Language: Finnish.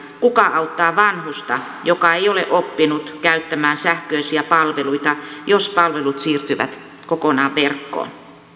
kuka auttaa vanhusta joka ei ole oppinut käyttämään sähköisiä palveluita jos palvelut siirtyvät kokonaan verkkoon